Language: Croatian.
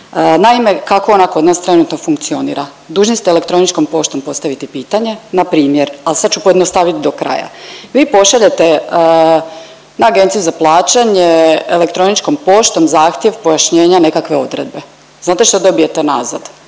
Naime, kako ona kod nas trenutno funkcionira? Dužni ste elektroničkom poštom postaviti pitanje npr., a sad ću pojednostavit do kraja. Vi pošaljete na Agenciju za plaćanje elektroničkom poštom zahtjev pojašnjenja nekakve odredbe. Znate šta dobijete nazad?